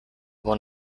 won